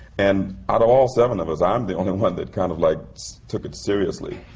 and out of all seven of us, i'm the only one that kind of like took it seriously.